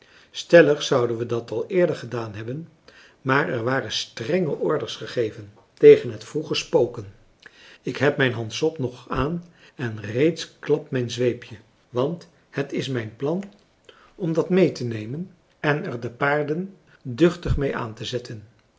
stellig zouden we dat al eerder gedaan hebben maar er waren strenge orders gegeven tegen het vroege spoken ik heb mijn hansop nog aan en reeds klapt mijn zweepje want het is mijn plan om dat mee te nemen en er de paarden duchtig mee aan te zetten